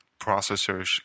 processors